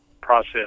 process